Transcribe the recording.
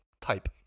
type